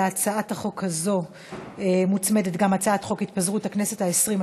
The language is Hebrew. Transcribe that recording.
להצעת החוק הזאת מוצמדת הצעת חוק התפזרות הכנסת העשרים,